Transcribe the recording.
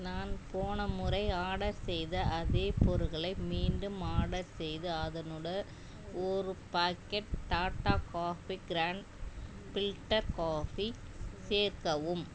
நான் போன முறை ஆர்டர் செய்த அதே பொருகளை மீண்டும் ஆர்டர் செய்து அதனோட ஒரு packet Tata coffee grand filter coffee சேர்க்கவும்